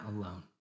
alone